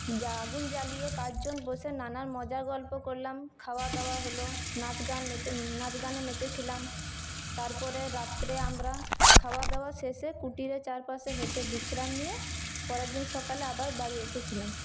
যা আগুন জ্বালিয়ে পাঁচজন বসে নানান মজার গল্প করলাম খাওয়া দাওয়া হল নাচগানে মেতে নাচগানে মেতে ছিলাম তারপরে রাত্রে আমরা খাওয়া দাওয়া শেষে কুটিরের চারপাশে হেঁটে বিশ্রাম নিয়ে পরের দিন সকালে আবার বাড়ি এসেছিলাম